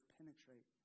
penetrate